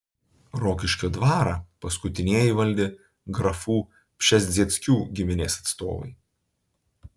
rokiškio dvarą paskutinieji valdė grafų pšezdzieckių giminės atstovai